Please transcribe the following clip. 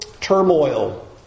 turmoil